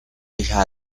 hija